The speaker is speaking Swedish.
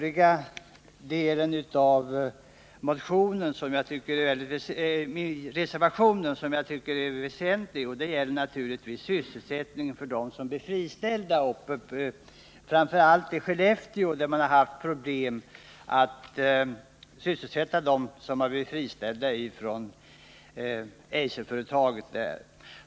I den övriga delen av reservationen, som jag tycker är väsentlig, tar man upp sysselsättningen för dem som blir friställda, framför allt i Skellefteå, där man haft problem med att sysselsätta dem som blivit friställda från Eiserföretaget.